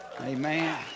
amen